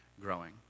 growing